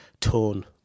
tone